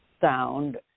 sound